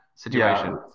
Situation